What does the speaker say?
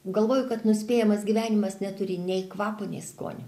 galvoju kad nuspėjamas gyvenimas neturi nei kvapo nei skonio